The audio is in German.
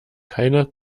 keine